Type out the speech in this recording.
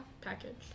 package